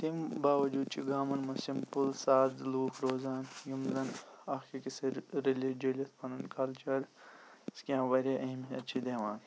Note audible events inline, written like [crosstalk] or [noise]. تمہِ باوجود چھِ گامَن منٛز سِمپٕل ساد لُکھ روزان یِم زَن اَکھ أکِس سۭتۍ رٔلِتھ جُلِتھ پَنُن کَلچَر [unintelligible] واریاہ اہمِیَت چھ دِوان